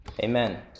Amen